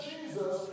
Jesus